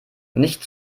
nicht